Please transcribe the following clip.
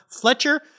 Fletcher